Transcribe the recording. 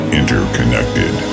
interconnected